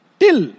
till